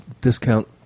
discount